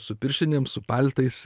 su pirštinėm su paltais